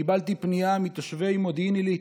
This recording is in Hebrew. קיבלתי פנייה מתושבי מודיעין עילית: